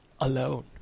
alone